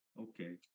Okay